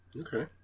Okay